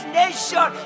nation